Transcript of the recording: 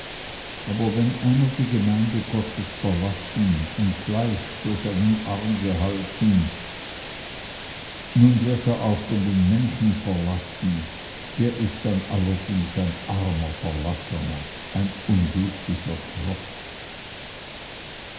aber wenn einer die gemeinde gottes verlassen und fleisch für seinen arm gehalten hat und nun wird er auch von den menschen verlassen der ist dann allerdings ein armer verlassener ein unglücklicher tropf